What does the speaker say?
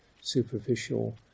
superficial